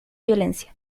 violencia